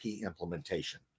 implementation